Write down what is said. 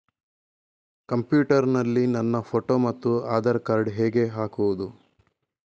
Computer ನಲ್ಲಿ ನನ್ನ photo ಮತ್ತು ಆಧಾರ್ ಕಾರ್ಡ್ ಹೇಗೆ ಹಾಕುವುದು?